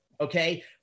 okay